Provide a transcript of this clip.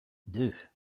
deux